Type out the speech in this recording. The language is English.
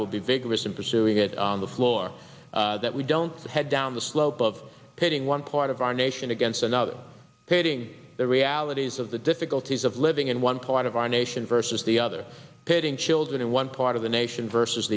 will be vigorous in pursuing it on the floor that we don't head down the slope of pitting one part of our nation against another creating the realities of the difficulties of living in one part of our nation versus the other pitting children in one part of the nation versus